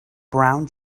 brown